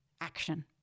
action